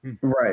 Right